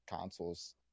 consoles